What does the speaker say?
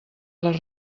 les